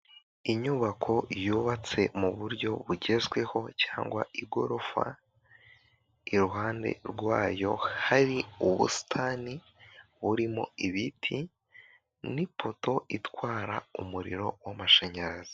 Inyubako yubatse mu buryo bugezweho cyangwa igorofa iruhande rwayo hari ubusitani burimo ibiti n'ipoto itwara umuriro w'amashanyarazi.